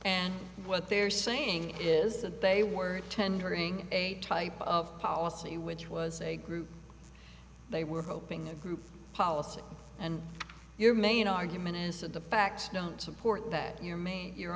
and what they're saying is that they were tendering a type of policy which was a group they were hoping a group policy and your main argument is that the facts don't support that your made you